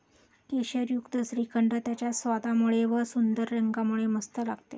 केशरयुक्त श्रीखंड त्याच्या स्वादामुळे व व सुंदर रंगामुळे मस्त लागते